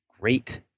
great